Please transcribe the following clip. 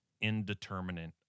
indeterminate